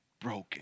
broken